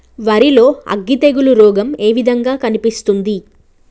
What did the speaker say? వరి లో అగ్గి తెగులు రోగం ఏ విధంగా కనిపిస్తుంది?